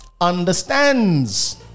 understands